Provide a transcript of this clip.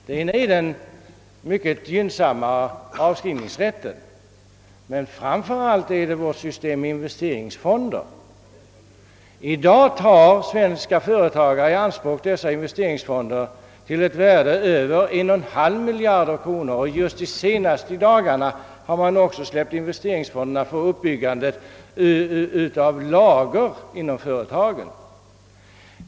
Det gäller den mycket gynnsamma =<:avskrivningsrätten och framför allt vårt system med investe ringsfonder. I dag tar svenska företagare i anspråk investeringsfonder till ett värde av över 1,5 miljard kronor. Under de senaste dagarna har man också släppt investeringsfonderna för uppbyggande av lager inom företagen.